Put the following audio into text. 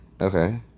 Okay